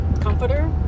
comforter